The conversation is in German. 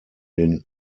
den